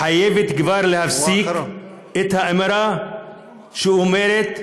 חייבת כבר להפסיק את האמירה שאומרת: